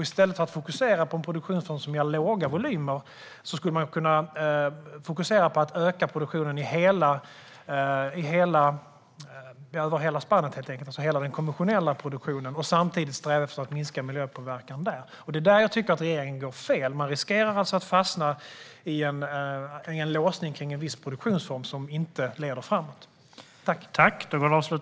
I stället för att fokusera på en produktionsform som ger låga volymer skulle man kunna fokusera på att öka produktionen över hela spannet - hela den konventionella produktionen - och samtidigt sträva efter att minska miljöpåverkan. Där tycker jag att regeringen går fel. Man riskerar att fastna i en låsning kring en viss produktionsform som inte leder framåt.